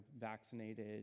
vaccinated